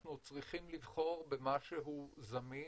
אנחנו צריכים לבחור במשהו זמין,